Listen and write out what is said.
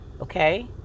Okay